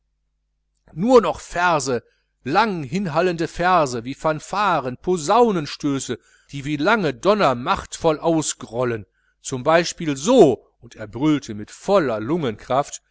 nur noch verse lang hinhallende verse wie fanfaren posaunenstöße die wie lange donner machtvoll ausrollen z b so und er brüllte mit voller